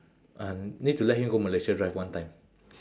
uh need to let him go malaysia drive one time